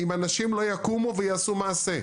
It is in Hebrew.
אם אנשים לא יקומו ויעשו מעשה.